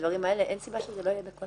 אין סיבה שזה לא יהיה בכל